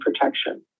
protection